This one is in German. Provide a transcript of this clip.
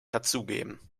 dazugeben